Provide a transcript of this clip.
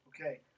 Okay